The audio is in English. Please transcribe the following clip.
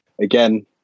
again